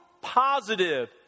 positive